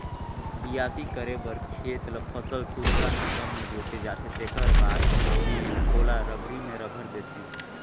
बियासी करे बर खेत ल फसल सुद्धा नांगर में जोते जाथे तेखर बाद में ओला रघरी में रघर देथे